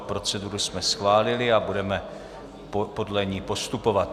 Proceduru jsme schválili a budeme podle ní postupovat.